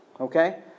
Okay